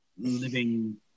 living